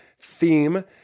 theme